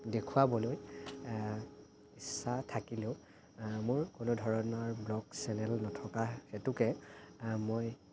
দেখুৱাবলৈ ইচ্ছা থাকিলেও মোৰ কোনো ধৰণৰ ব্লগ চেনেল নথকা হেতুকে মই